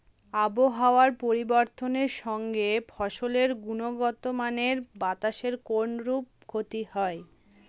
আবহাওয়ার পরিবর্তনের সঙ্গে ফসলের গুণগতমানের বাতাসের কোনরূপ ক্ষতি হয়?